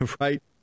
right